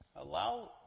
Allow